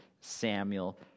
Samuel